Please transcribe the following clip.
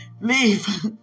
Leave